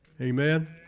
Amen